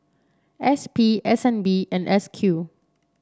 S P S N B and S Q